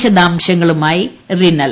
വിശദാംശങ്ങളുമായി റിനൽ